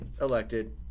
elected